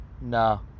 No